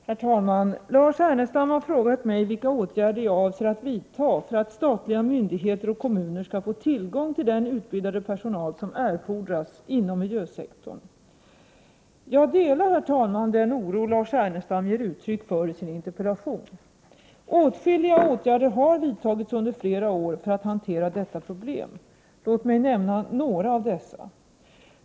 Herr talman! Lars Ernestam har frågat mig vilka åtgärder jag avser att vidta för att statliga myndigheter och kommuner skall få tillgång till den Jag delar den oro Lars Ernestam ger uttryck för i sin interpellation. T april 1989 Åtskilliga åtgärder har vidtagits under flera år för att hantera detta problem. Låt mig nämna några av dessa.